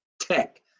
Tech